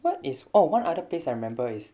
what is oh one other place I remember is